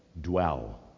dwell